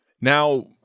Now